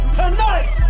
tonight